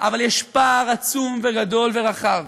אבל יש פער עצום וגדול ורחב